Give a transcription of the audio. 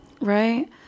Right